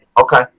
Okay